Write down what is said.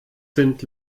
sind